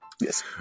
Yes